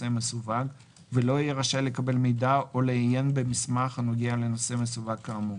מסווג ולא יהיה רשאי לקבל מידע או לעיין במסמך הנוגע לנושא מסווג כאמור,